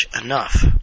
enough